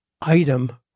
item